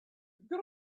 the